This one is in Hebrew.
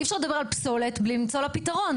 אי אפשר לדבר על פסולת בלי למצוא לה פתרון.